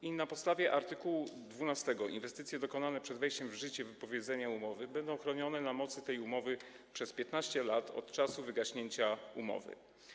I na podstawie art. 12 inwestycje dokonane przed wejściem w życie wypowiedzenia umowy będą chronione na mocy tej umowy przez 15 lat od czasu wygaśnięcia umowy.